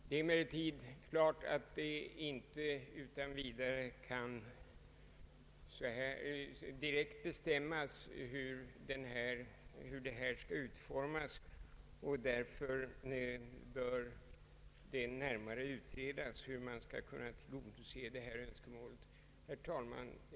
Det är emellertid klart att det inte utan vidare kan bestämmas hur detta skall utformas, och därför bör man närmare utreda hur detta önskemål skall kunna tillgodoses. Herr talman!